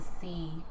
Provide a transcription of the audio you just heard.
see